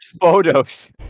photos